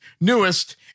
newest